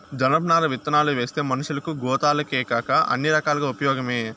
జనపనార విత్తనాలువేస్తే మనషులకు, గోతాలకేకాక అన్ని రకాలుగా ఉపయోగమే